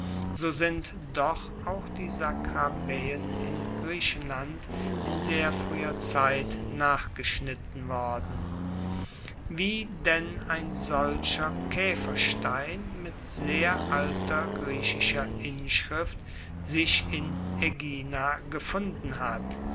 so sind doch auch die skarabaeen in griechenland in sehr frueher zeit nachgeschnitten worden wie denn ein solcher kaeferstein mit sehr alter griechischer inschrift sich in aegina gefunden hat